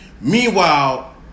Meanwhile